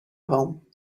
home